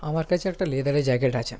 আমার কাছে একটা লেদারের জ্যাকেট আছে